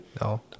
No